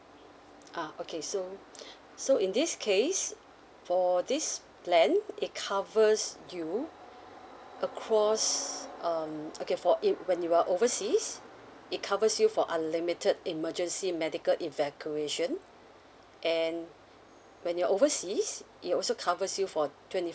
ah okay so so in this case for this plan it covers you across um okay for it when you are overseas it covers you for unlimited emergency medical evacuation and when you're overseas it also covers you for twenty